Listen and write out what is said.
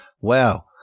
wow